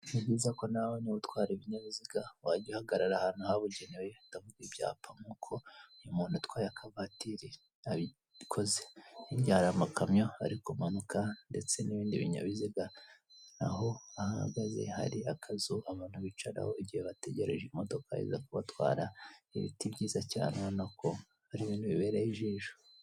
Ni byiza ko nawe niba utwara ibinyabiziga wajya uhagarara ahantu habugenewe ndavuga ibyapa nkuko uyu muntu utwaye akavatiri abikoze. Hirya hari amakamyo ari kumanuka ndetse n'ibindi binyabiziga naho aho ahagaze hari akazu abantu bicaraho igihe bategereje imodoka iza kubatwara, ibiti byiza cyane urabona ko ari ibintu bibereye ijisho.